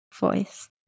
voice